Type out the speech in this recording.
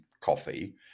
coffee